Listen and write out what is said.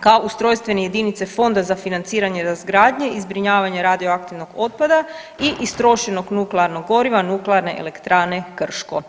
kao ustrojstvene jedinice Fonda za financiranje razgradnje i zbrinjavanje radioaktivnog otpada i istrošenog nuklearnog goriva nuklearne elektrane Krško.